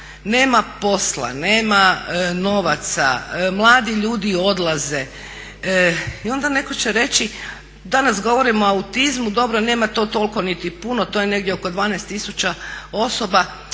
nema posla, nema novaca, mladi ljudi odlaze i ona neko će reći danas govorimo o autizmu, dobro nema to toliko niti puno, to je negdje oko 12 tisuća osoba,